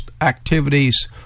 activities